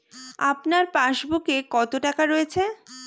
আপনার পাসবুকে কত টাকা রয়েছে?